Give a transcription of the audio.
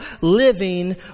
living